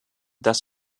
dass